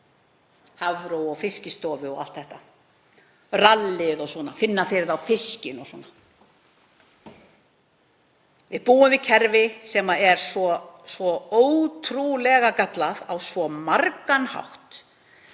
Hafró og Fiskistofu og allt þetta; rallið og svona, að finna fyrir þá fiskinn og svona. Við búum við kerfi sem er ótrúlega gallað á svo margan hátt.